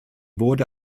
wurde